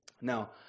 Now